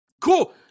Cool